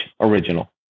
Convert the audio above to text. original